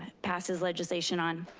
passes legislation on.